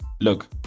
look